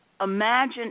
imagine